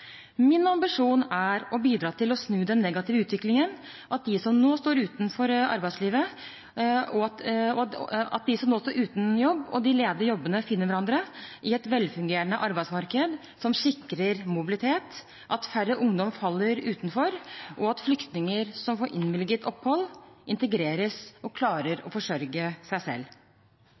Min ambisjon er å bidra til å snu den negative utviklingen, at de som nå står uten jobb, og de ledige jobbene finner hverandre i et velfungerende arbeidsmarked som sikrer mobilitet, at færre ungdom faller utenfor og at flyktninger som får innvilget opphold, integreres og klarer å forsørge seg selv.